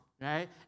right